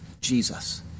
Jesus